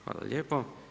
Hvala lijepo.